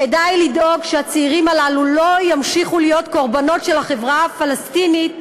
כדאי לדאוג שהצעירים הללו לא ימשיכו להיות קורבנות של החברה הפלסטינית,